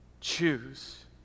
choose